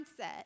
mindset